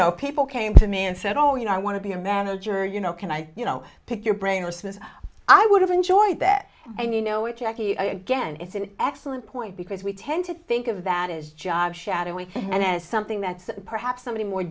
know people came to me and said oh you know i want to be a manager you know can i you know pick your brain or since i would have enjoyed that and you know it again it's an excellent point because we tend to think of that is job shadowing and as something that's perhaps somebody more